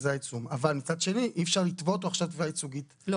אבל מצד שני אי אפשר לתבוע אותו עכשיו תביעה ייצוגית,